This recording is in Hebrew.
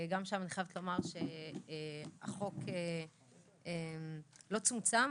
גם שם אני חייבת לומר שהחוק לא צומצם,